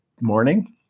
morning